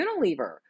Unilever